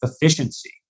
efficiency